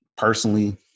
Personally